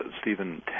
Stephen